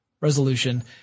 resolution